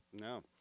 No